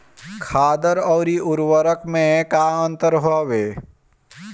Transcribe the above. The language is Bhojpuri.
खादर अवरी उर्वरक मैं का अंतर हवे?